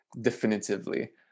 definitively